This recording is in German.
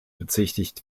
bezichtigt